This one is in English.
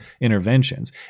interventions